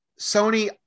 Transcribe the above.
Sony